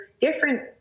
different